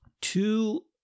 Two